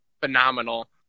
phenomenal